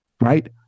right